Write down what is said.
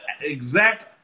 exact